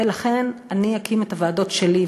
ולכן אני אקים את הוועדות שלי,